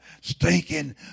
stinking